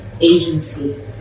agency